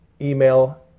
email